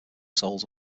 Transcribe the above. souls